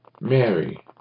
Mary